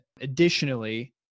additionally